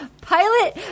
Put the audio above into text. Pilot